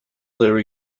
their